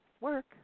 work